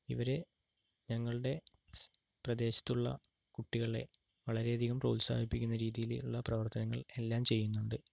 ഇവർ ഞങ്ങളുടെ പ്രദേശത്തുള്ള കുട്ടികളെ വളരെ അധികം പ്രോത്സാഹിപ്പിക്കുന്ന രീതിയിലുള്ള പ്രവർത്തനങ്ങൾ എല്ലാം ചെയ്യുന്നുണ്ട്